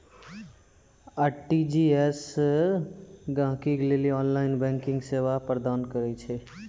RTGS गहकि के लेली ऑनलाइन बैंकिंग सेवा प्रदान करै छै